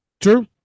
True